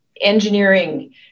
engineering